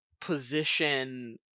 position